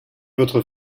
votre